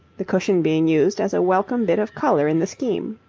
the cushion being used as a welcome bit of colour in the scheme.